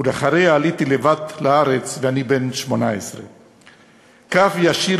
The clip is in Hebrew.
ולאחריה עליתי לבדי לארץ ואני בן 18. קו ישיר,